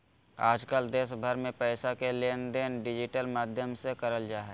आजकल देश भर मे पैसा के लेनदेन डिजिटल माध्यम से करल जा हय